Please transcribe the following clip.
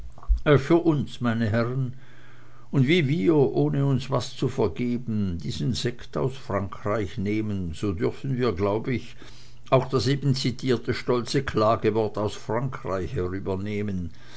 für uns meine herren und wie wir ohne uns was zu vergeben diesen sekt aus frankreich nehmen so dürfen wir glaub ich auch das eben zitierte stolze klagewort aus frankreich